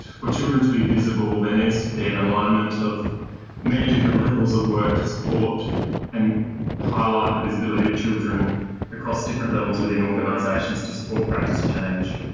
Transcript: for children to be visible, there needs to be an alignment of many different levels of work to support and highlight the visibility of children across different levels within organisations to support practice change,